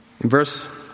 Verse